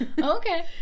Okay